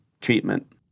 treatment